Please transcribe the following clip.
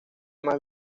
más